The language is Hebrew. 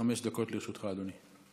חמש דקות לרשותך, אדוני.